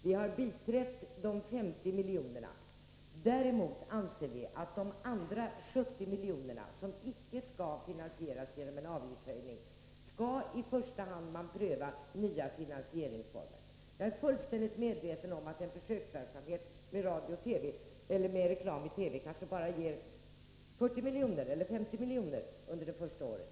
Vi har biträtt förslaget om de 50 miljonerna. Däremot anser vi att man för de övriga 70 miljonerna, som icke skall finansieras genom en avgiftshöjning, i första hand skall pröva nya finansieringsformer. Jag är fullständigt medveten om att en försöksverksamhet med reklam i TV kanske bara ger 40 eller 50 milj.kr. under det första året.